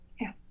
Yes